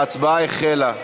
ההצבעה החלה.